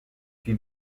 die